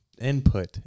input